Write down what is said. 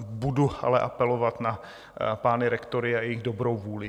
Budu ale apelovat na pány rektory a jejich dobrou vůli.